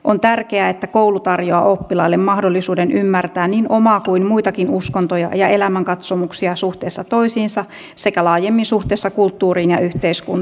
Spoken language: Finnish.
on tärkeää että koulu tarjoaa oppilaille mahdollisuuden ymmärtää niin omaa kuin muitakin uskontoja ja elämänkatsomuksia suhteessa toisiinsa sekä laajemmin suhteessa kulttuuriin ja yhteiskuntaan